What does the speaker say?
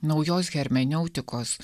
naujos hermeneutikos